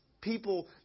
people